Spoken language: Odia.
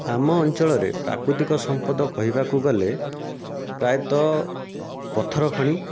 ଆମ ଅଞ୍ଚଳରେ ପ୍ରାକୃତିକ ସମ୍ପଦ କହିବାକୁ ଗଲେ ପ୍ରାୟତଃ ପଥର ଖଣି